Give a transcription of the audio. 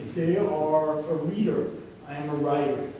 they are a reader, i am a writer.